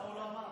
למה הוא לא אמר?